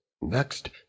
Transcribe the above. Next